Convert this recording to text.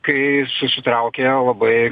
kai susitraukė labai